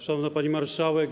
Szanowna Pani Marszałek!